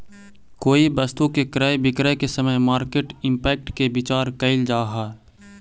कोई वस्तु के क्रय विक्रय के समय मार्केट इंपैक्ट के विचार कईल जा है